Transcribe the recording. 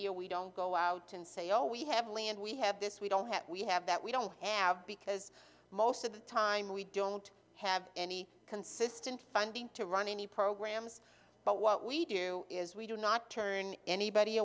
year we don't go out and say oh we have land we have this we don't have we have that we don't have because most of the time we don't have any consistent funding to run any programs but what we do is we do not turn anybody